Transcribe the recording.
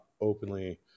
openly